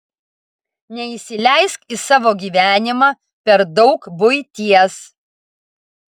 neįsileisk į savo gyvenimą per daug buities